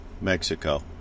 Mexico